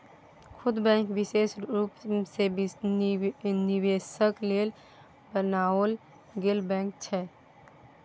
खुदरा बैंक विशेष रूप सँ निवेशक लेल बनाओल गेल बैंक छै